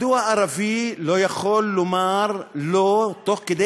מדוע ערבי לא יכול לומר "לא" תוך כדי